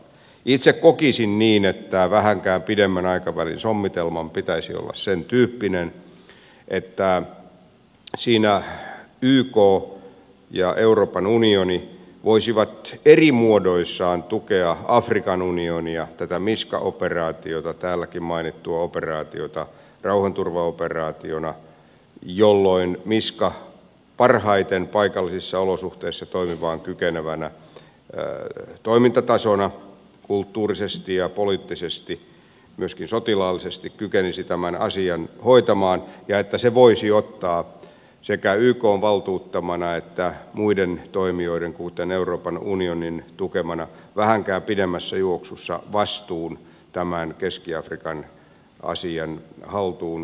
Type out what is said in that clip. itse kokisin niin että vähänkään pidemmän aikavälin sommitelman pitäisi olla sentyyppinen että siinä yk ja euroopan unioni voisivat eri muodoissaan tukea afrikan unionia tätä misca operaatiota täälläkin mainittua operaatiota rauhanturvaoperaationa jolloin misca parhaiten paikallisissa olosuhteissa toimimaan kykenevänä toimintatasona kulttuurisesti ja poliittisesti myöskin sotilaallisesti kykenisi tämän asian hoitamaan ja voisi ottaa sekä ykn valtuuttamana että muiden toimijoiden kuten euroopan unionin tukemana vähänkään pidemmässä juoksussa vastuun tämän keski afrikan asian haltuunotosta